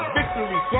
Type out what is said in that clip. Victory